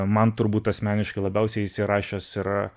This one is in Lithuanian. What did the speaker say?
man turbūt asmeniškai labiausiai įsirašęs yra